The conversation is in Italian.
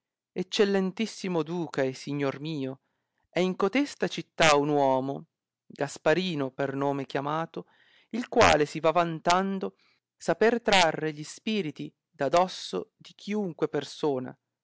eccellentissimo duca e signor mio è in cotesta città un uomo gasparino per nome chiamato il quale si va vantando saper trarre gli spiriti da dosso di chiunque persona